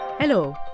Hello